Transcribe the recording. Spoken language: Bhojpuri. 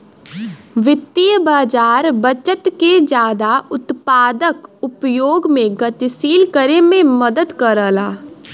वित्तीय बाज़ार बचत के जादा उत्पादक उपयोग में गतिशील करे में मदद करला